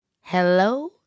Hello